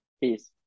Peace